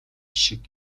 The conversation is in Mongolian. шиг